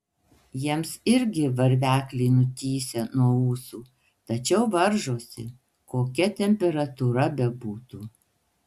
jiems irgi varvekliai nutįsę nuo ūsų tačiau varžosi kokia temperatūra bebūtų